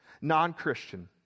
Non-Christian